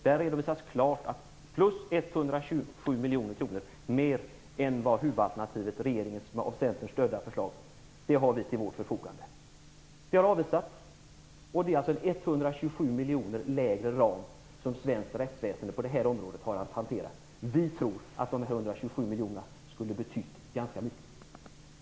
Där redovisas klart att vi har 127 miljoner mer till vårt förfogande än vad huvudalternativet - regeringens av Centern stödda förslag - ger. Det har avvisats. Det ger alltså en 127 miljoner lägre ram som svenskt rättsväsende har att hantera på det här området. Vi tror att dessa 127 miljoner skulle ha betytt ganska mycket.